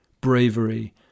bravery